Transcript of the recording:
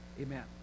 Amen